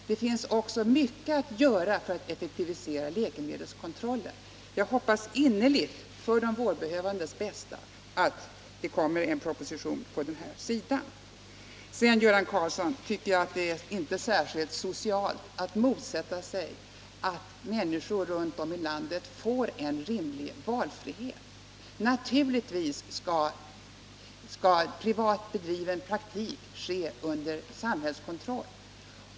Det finns också mycket att göra för att effektivisera läkemedelskontrollen. Jag hoppas innerligt, för de vårdbehövandes bästa, att det kommer en proposition i det avseendet. Sedan, Göran Karlsson, tycker jag inte det är särskilt socialt att motsätta sig att människor runt om i landet får en rimlig valfrihet. Naturligtvis skall privat bedriven praktik stå under samhällskontroll.